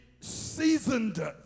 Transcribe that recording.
seasoned